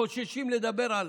חוששים לדבר עליו: